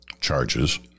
charges